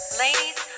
ladies